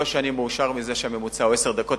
לא שאני מאושר מזה שהממוצע הוא עשר דקות,